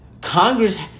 Congress